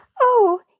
Oh